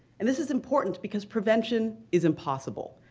and this is important because prevention is impossible.